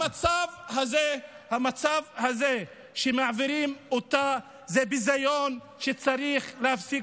המצב הזה שבו מעבירים אותה הוא ביזיון שצריך להפסיק.